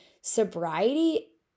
sobriety